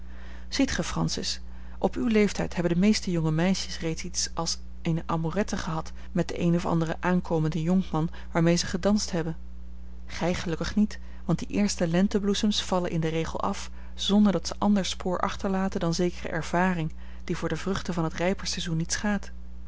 ziet gij francis op uw leeftijd hebben de meeste jonge meisjes reeds iets als eene amourette gehad met den een of anderen aankomenden jonkman waarmee ze gedanst hebben gij gelukkig niet want die eerste lentebloesems vallen in den regel af zonder dat ze ander spoor achterlaten dan zekere ervaring die voor de vruchten van het rijper seizoen niet